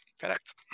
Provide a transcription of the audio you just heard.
Correct